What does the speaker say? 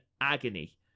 agony